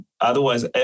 otherwise